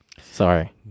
Sorry